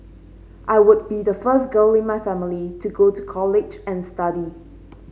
I would be the first girl in my family to go to college and study